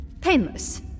Painless